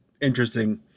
interesting